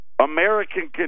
American